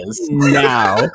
now